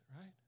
right